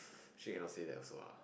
shit cannot say that also lah